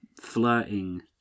flirting